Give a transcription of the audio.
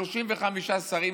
35 שרים,